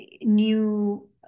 new